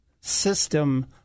system